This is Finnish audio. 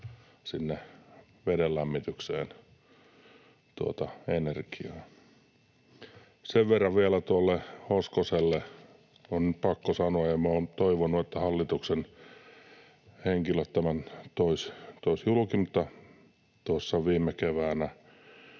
sinne veden lämmitykseen energiaa. Sen verran vielä tuolle Hoskoselle on nyt pakko sanoa — ja minä olen toivonut, että hallituksen henkilöt tämän asian toisivat julki — että tuossa viime keväänä